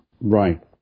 Right